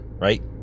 right